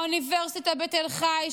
האוניברסיטה בתל חי,